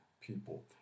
people